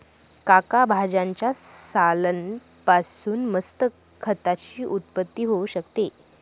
काका भाज्यांच्या सालान पासून मस्त खताची उत्पत्ती होऊ शकते